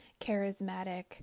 charismatic